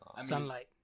sunlight